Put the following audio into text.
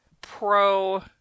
pro